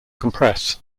compress